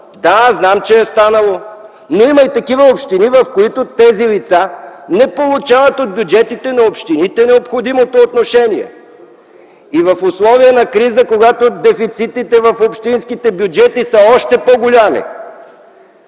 Да, знам, че е станало, но има и такива общини, в които тези лица не получават от бюджетите на общините необходимото отношение. В условия на криза, когато дефицитите в общинските бюджети са още по-големи,